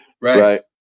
right